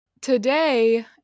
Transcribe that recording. Today